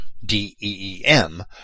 D-E-E-M